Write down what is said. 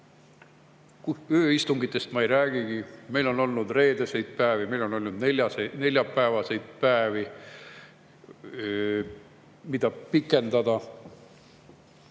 Ööistungitest ma ei räägigi. Meil on olnud reedeseid päevi, meil on olnud neljapäevaseid päevi, mida pikendada.